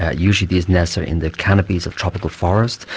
ah usually these nests are in the canopies of tropical forests,